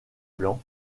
blanc